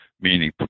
meaning